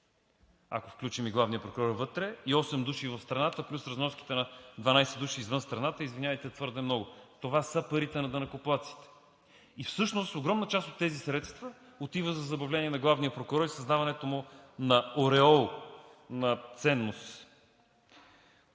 ако включим и главния прокурор вътре, и 8 души в страната плюс разноските на 12 души извън страната, извинявайте, е твърде много. Това са парите на данъкоплатците и всъщност огромна част от тези средства отива за забавление на главния прокурор и създаването му на ореол на ценност.